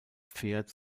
pferd